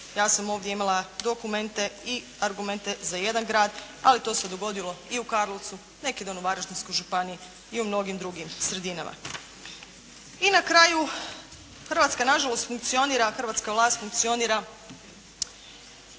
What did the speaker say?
ja sam ovdje imala dokumente i argumente za jedan grad, ali to je dogodilo i u Karlovcu, neki dan u Varaždinskoj županiji i u mnogim drugim sredinama. I na kraju, Hrvatska nažalost funkcionira, hrvatska vlast funkcionira